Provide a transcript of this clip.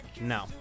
No